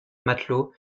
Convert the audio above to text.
matelot